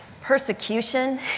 Persecution